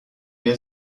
der